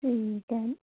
ਠੀਕ ਹੈ